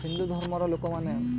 ହିନ୍ଦୁ ଧର୍ମର ଲୋକମାନେ